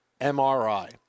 MRI